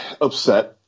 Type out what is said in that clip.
upset